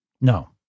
No